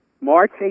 March